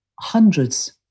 hundreds